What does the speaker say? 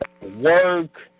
work